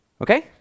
Okay